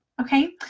Okay